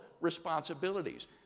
responsibilities